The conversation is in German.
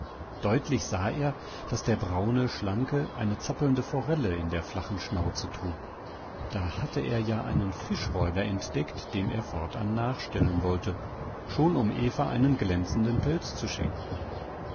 deutlich sah er daß der braune schlanke eine zappelnde forelle in der flachen schnauze trug da hatte er ja einen fischräuber entdeckt dem er fortan nachstellen wollte schon um eva einen glänzenden pelz zu schenken